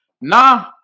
nah